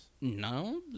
No